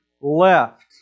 left